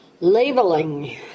labeling